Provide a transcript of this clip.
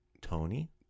Tony